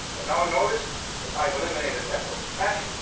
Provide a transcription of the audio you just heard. and now notice that i've eliminated f of f,